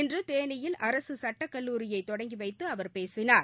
இன்று தேனியில் அரசு சட்டக்கல்லூரியை தொடங்கி வைத்து அவர் பேசினார்